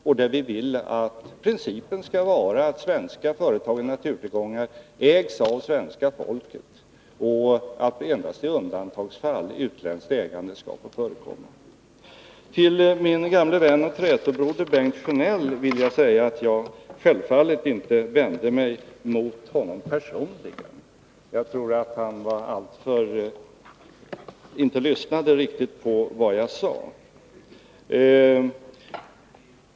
Vi vill alltså att principen skall vara att företag och naturtillgångar i Sverige ägs av svenska folket och att utländskt ägande skall få förekomma endast i undantagsfall. Till min gamle vän och trätobroder Bengt Sjönell vill jag säga att jag självfallet inte vände mig mot honom personligen. Jag tror att han inte lyssnade riktigt på vad jag sade.